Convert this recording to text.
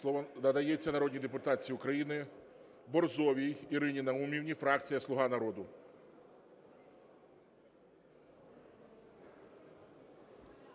Слово надається народній депутатці України Борзовій Ірині Наумівні, фракція "Слуга народу".